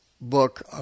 book